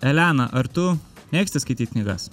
elena ar tu mėgsti skaityt knygas